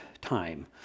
time